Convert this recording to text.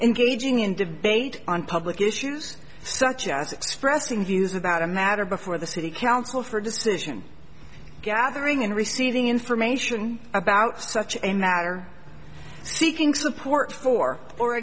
engaging in debate on public issues such as expressing views about a matter before the city council for decision gathering and receiving information about such a matter seeking support for or